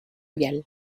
galles